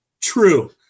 True